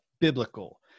biblical